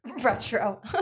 Retro